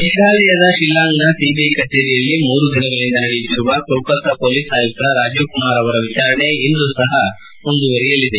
ಮೇಘಾಲಯದ ಶಿಲ್ಲಾಂಗ್ನ ಸಿಬಿಐ ಕಚೇರಿಯಲ್ಲಿ ಮೂರು ದಿನಗಳಿಂದ ನಡೆಯುತ್ತಿರುವ ಕೊಲ್ತತ್ತಾ ಮೊಲೀಸ್ ಆಯುಕ್ತ ರಾಜೀವ್ಕುಮಾರ್ ವಿಚಾರಣೆ ಇಂದೂ ಸಹ ಮುಂದುವರೆಯಲಿದೆ